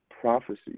prophecy